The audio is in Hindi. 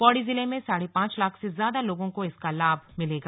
पौड़ी जिले में साढ़े पांच लाख से ज्यादा लोगों को इसका लाभ मिलेगा